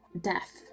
death